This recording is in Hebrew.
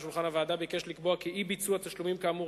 שולחן הוועדה ביקשה לקבוע כי אי-ביצוע תשלומים כאמור